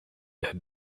had